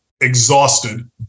exhausted